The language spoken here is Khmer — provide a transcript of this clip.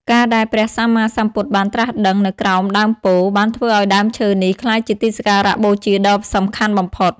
ការដែលព្រះសម្មាសម្ពុទ្ធបានត្រាស់ដឹងនៅក្រោមដើមពោធិ៍ បានធ្វើឱ្យដើមឈើនេះក្លាយជាទីសក្ការៈបូជាដ៏សំខាន់បំផុត។